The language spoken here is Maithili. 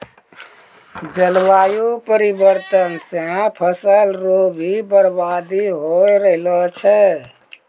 जलवायु परिवर्तन से फसल रो भी बर्बादी हो रहलो छै